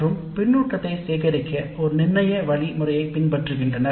இந்த கருத்தை சேகரிக்கும் வழிமுறை வழிமுறையில் ஒருத்தர நிர்ணய வழிமுறை உள்ளது